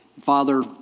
Father